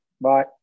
Bye